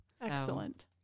excellent